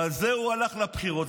ועל זה הוא הלך לבחירות,